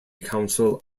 council